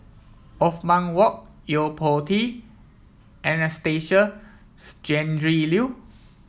Othman Wok Yo Po Tee and Anastasia Tjendri Liew